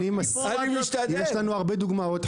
יש לנו הרבה דוגמאות,